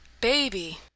Baby